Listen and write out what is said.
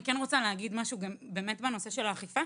אני כן רוצה להגיד משהו בנושא האכיפה.